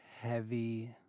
heavy